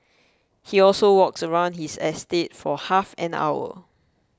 he also walks around his estate for half an hour